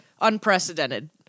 unprecedented